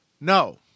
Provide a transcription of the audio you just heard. No